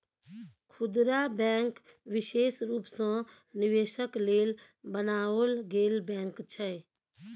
खुदरा बैंक विशेष रूप सँ निवेशक लेल बनाओल गेल बैंक छै